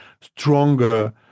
stronger